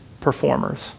performers